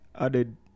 added